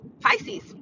Pisces